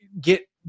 get